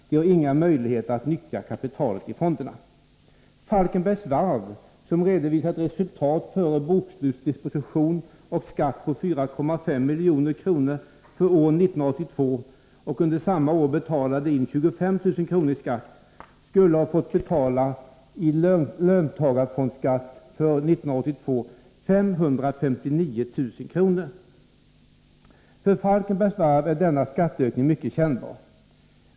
De har ingen möjlighet att nyttja kapitalet i fonderna. För Falkenbergs Varv är denna skatteökning mycket kännbar.